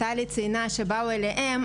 טלי ציינה שבאו אליהם,